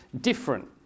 different